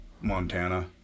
Montana